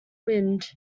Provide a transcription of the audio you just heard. wind